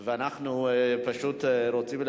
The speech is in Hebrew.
אנחנו לא